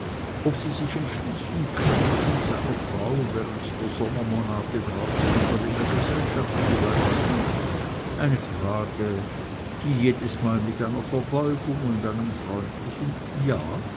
ob sie sich entschließen könnten seiner frau während der sommermonate draußen in der villa gesellschaft zu leisten eine frage die jedesmal mit einer verbeugung und einem freundlichen ja